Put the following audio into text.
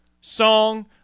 song